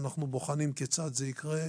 אנחנו בוחנים כיצד זה יקרה,